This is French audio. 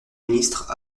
ministre